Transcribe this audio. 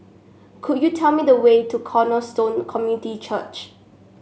could you tell me the way to Cornerstone Community Church